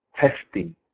testing